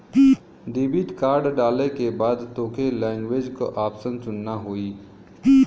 debit card डाले के बाद तोके लैंग्वेज क ऑप्शन चुनना होई